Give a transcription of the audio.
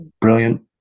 brilliant